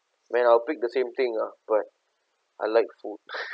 man I'll pick the same thing lah but I like food